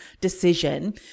decision